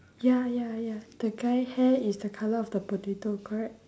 ya ya ya the guy hair is the colour of the potato correct